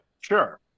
Sure